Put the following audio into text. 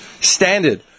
standard